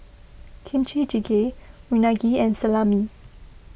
Kimchi Jjigae Unagi and Salami